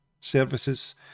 services